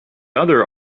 other